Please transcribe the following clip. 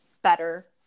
better